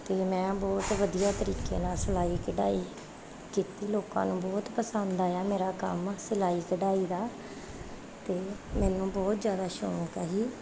ਅਤੇ ਮੈਂ ਬਹੁਤ ਵਧੀਆ ਤਰੀਕੇ ਨਾਲ ਸਿਲਾਈ ਕਢਾਈ ਕੀਤੀ ਲੋਕਾਂ ਨੂੰ ਬਹੁਤ ਪਸੰਦ ਆਇਆ ਮੇਰਾ ਕੰਮ ਸਿਲਾਈ ਕਢਾਈ ਦਾ ਅਤੇ ਮੈਨੂੰ ਬਹੁਤ ਜ਼ਿਆਦਾ ਸ਼ੌਂਕ ਹੈ ਜੀ